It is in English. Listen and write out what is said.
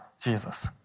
Jesus